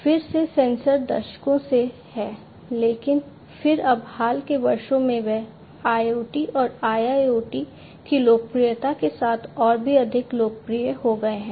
फिर से सेंसर दशकों से हैं लेकिन फिर अब हाल के वर्षों में वे IoT और IIoT की लोकप्रियता के साथ और भी अधिक लोकप्रिय हो गए हैं